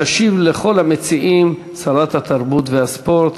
תשיב לכל המציעים שרת התרבות והספורט,